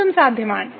എന്തും സാധ്യമാണ്